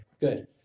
Good